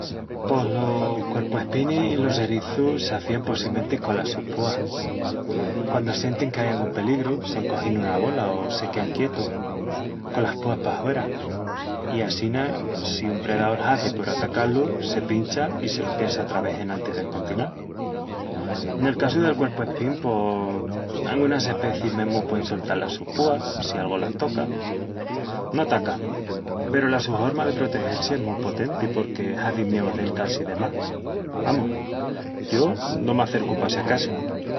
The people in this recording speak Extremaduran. Pos los cuerpuespinis i los erizus s'afían possimenti colas sus púas. Quandu sientin que ai angún peligru, s'encogin nuna bola o se quean quietus, colas púas pahuera. I assina, si un predaol hazi por atacá-lus, se pincha i se lo piensa otra ves enantis d'acontinal. Nel casu del cuerpuespín pos... angunas especiis mesmu puein soltal las sus púas si algu las toca. No atacan, peru la su horma de protegel-si es mu potenti porque hazi mieu acercal-si de más. Amus, yo no m'acercu pa si acasu..